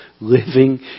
living